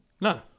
No